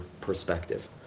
perspective